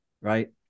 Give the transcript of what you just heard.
right